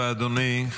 תודה רבה, אדוני.